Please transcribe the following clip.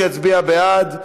שיצביע בעד,